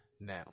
Now